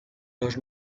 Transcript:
los